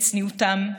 את צניעותם,